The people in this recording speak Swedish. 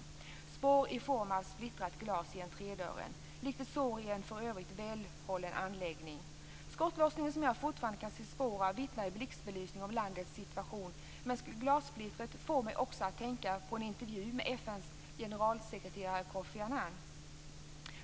Det är spår i form av splittrat glas i entrédörren, likt ett sår i en för övrigt välhållen anläggning. Skottlossningen som jag fortfarande kan se spår av vittnar i blixtbelysning om landets situation. Men glassplittret får mig också att tänka på en intervju med